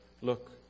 Look